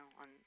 on